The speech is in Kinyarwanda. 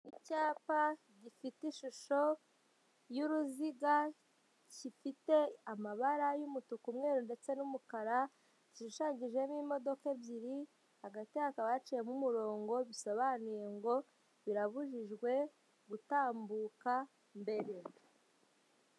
Icyapa gifite ishusho y'uruziga, gifite amabara y'umutuku, umweru ndetse n'umukara, gishushanyijemo imodoka ebyiri, hagati hakaba haciyemo umurongo bisobanuye ngo birabujijwe gutambuka mbere.